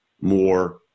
more